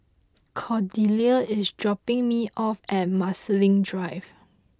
Cordelia is dropping me off at Marsiling Drive